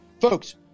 Folks